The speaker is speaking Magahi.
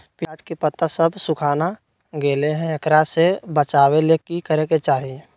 प्याज के पत्ता सब सुखना गेलै हैं, एकरा से बचाबे ले की करेके चाही?